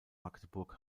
magdeburg